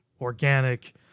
organic